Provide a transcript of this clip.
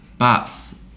bops